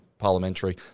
parliamentary